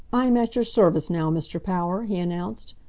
i am at your service now, mr. power, he announced.